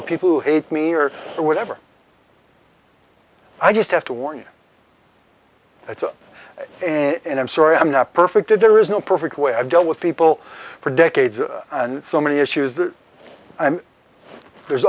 the people who hate me or whatever i just have to warn you that's and i'm sorry i'm not perfect and there is no perfect way i've dealt with people for decades and so many issues that i'm there's